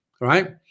right